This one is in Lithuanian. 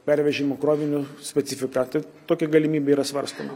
pervežimų krovinių specifiką tai tokia galimybė yra svarstoma